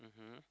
mmhmm